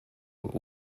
were